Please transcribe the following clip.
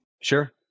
Sure